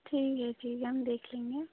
ठीक है ठीक है हम देख लेंगे